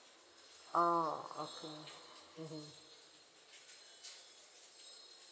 oh okay mmhmm